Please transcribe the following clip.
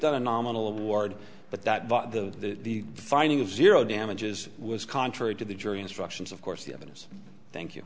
done a nominal award but that the finding of zero damages was contrary to the jury instructions of course the evidence thank you